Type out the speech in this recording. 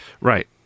Right